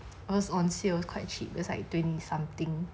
was on sale quite cheap is like twenty something